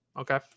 Okay